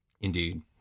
Indeed